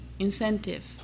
incentive